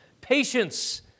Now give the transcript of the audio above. patience